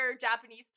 Japanese